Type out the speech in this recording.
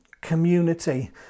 community